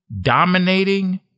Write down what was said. dominating